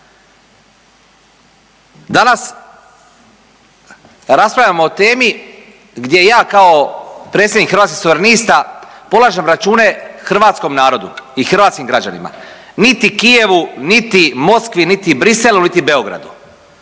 Danas raspravljamo o temi gdje ja kao predsjednik Hrvatskih suverenista polažem račune hrvatskom narodu i hrvatskim građanima. Niti Kijevu niti Moskvi niti Bruxellesu niti Beogradu.